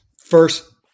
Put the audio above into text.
First